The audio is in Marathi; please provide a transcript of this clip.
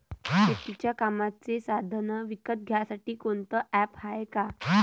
शेतीच्या कामाचे साधनं विकत घ्यासाठी कोनतं ॲप हाये का?